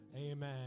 Amen